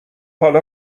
حالا